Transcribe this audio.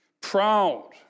proud